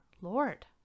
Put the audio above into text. Lord